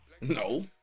No